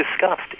discussed